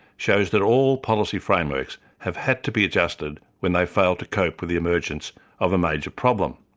shows that all policy frameworks have had to be adjusted when they failed to cope with the emergence of a major problem.